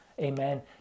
Amen